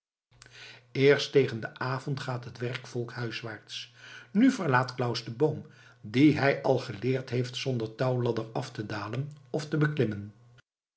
eerst tegen den avond gaat het werkvolk huiswaarts nu verlaat claus den boom dien hij al geleerd heeft zonder touwladder af te dalen of te beklimmen